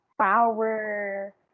power